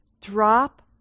drop